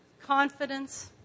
confidence